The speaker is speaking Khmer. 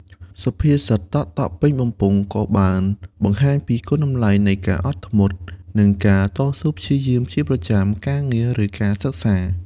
សុភាសិត តក់ៗពេញបំពង់ ក៏បានបង្ហាញពីគុណតម្លៃនៃការអត់ធ្មត់ និងការតស៊ូព្យាយាមជាប្រចាំ ការងារ ឬការសិក្សា។